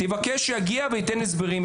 תבקש שיגיע וייתן הסברים.